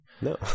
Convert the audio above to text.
No